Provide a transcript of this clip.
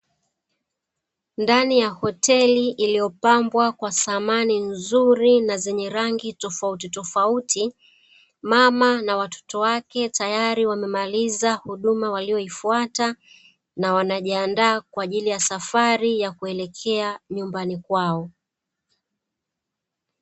Ndani ya hoteli iliyopambwa kwa samani nzuri na zenye rangi tofautitofauti, mama na watoto wake tayari wamemaliza huduma waliyoifuata, na wanajiandaa kwa ajili ya safari ya kuelekea nyumbani kwao.